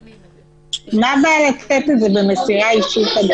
מה הבעיה לתת את זה במסירה אישית?